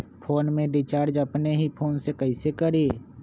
Phone में recharge अपने ही फ़ोन से कईसे करी?